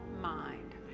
mind